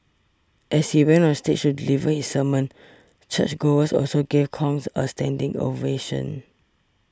as he went on stage to deliver his sermon churchgoers also gave Kong a standing ovation